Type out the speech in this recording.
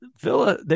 Villa